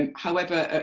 ah however,